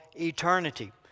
eternity